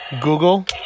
Google